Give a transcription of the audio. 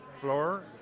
floor